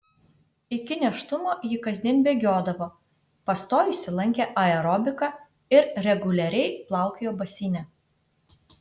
iki nėštumo ji kasdien bėgiodavo pastojusi lankė aerobiką ir reguliariai plaukiojo baseine